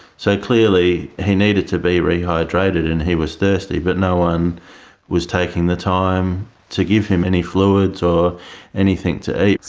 so clearly he needed to be re-hydrated and he was thirsty, but no one was taking the time to give him any fluids or anything to eat.